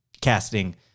casting